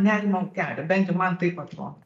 nerimo kelia bent jau man taip atrodo